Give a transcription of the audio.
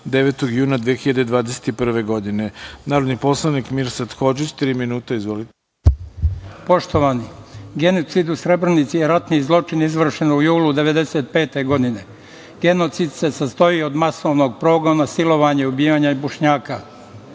9. juna 2021. godine. Narodni poslanik Mirsad Hodžić ima reč. Izvolite. **Mirsad Hodžić** Poštovani, genocid u Srebrenici je ratni zločin izvršen u julu 1995. godine. Genocid se sastoji od masovnog progona, silovanja i ubijanja Bošnjaka.